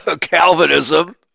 Calvinism